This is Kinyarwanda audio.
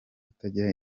utagira